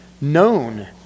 known